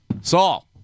Saul